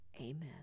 Amen